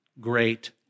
great